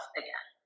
again